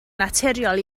naturiol